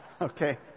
Okay